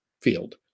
field